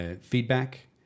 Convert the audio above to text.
feedback